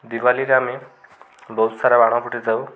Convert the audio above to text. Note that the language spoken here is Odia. ଦିବାଲିରେ ଆମେ ବହୁତ ସାରା ବାଣ ଫୁଟେଇଥାଉ